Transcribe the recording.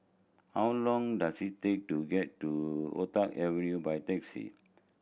how long does it take to get to Avenue by taxi